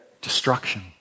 destruction